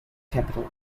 capital